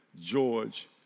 George